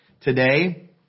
today